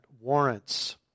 warrants